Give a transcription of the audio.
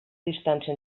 distància